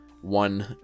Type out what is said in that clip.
one